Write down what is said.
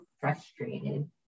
frustrated